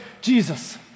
Jesus